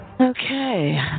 Okay